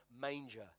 manger